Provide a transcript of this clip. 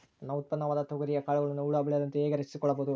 ನನ್ನ ಉತ್ಪನ್ನವಾದ ತೊಗರಿಯ ಕಾಳುಗಳನ್ನು ಹುಳ ಬೇಳದಂತೆ ಹೇಗೆ ರಕ್ಷಿಸಿಕೊಳ್ಳಬಹುದು?